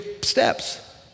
steps